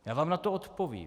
Já vám na to odpovím.